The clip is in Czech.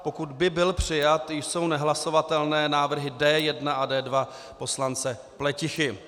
Pokud by byl přijat, jsou nehlasovatelné návrhy D1 a D2 poslance Pletichy.